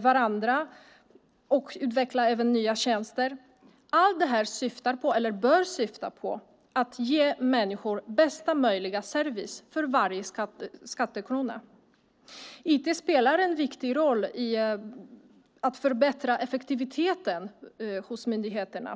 varandra och även utveckla nya tjänster - allt detta syftar på, eller bör syfta på, att ge människor bästa möjliga service för varje skattekrona. IT spelar en viktig roll när det gäller att förbättra effektiviteten hos myndigheterna.